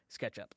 SketchUp